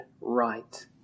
right